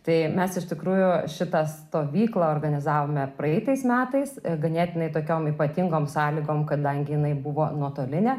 tai mes iš tikrųjų šitą stovyklą organizavome praeitais metais ganėtinai tokiom ypatingom sąlygom kadangi jinai buvo nuotolinė